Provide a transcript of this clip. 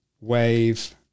wave